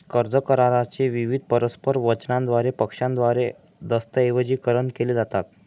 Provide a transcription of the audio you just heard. कर्ज करारा चे विविध परस्पर वचनांद्वारे पक्षांद्वारे दस्तऐवजीकरण केले जातात